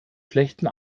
schlechten